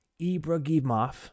Ibrahimov